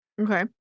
okay